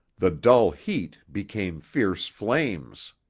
the dull heat became fierce flames.